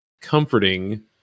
comforting